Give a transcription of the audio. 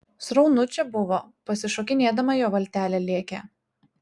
sraunu čia buvo pasišokinėdama jo valtelė lėkė